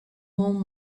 home